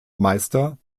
meister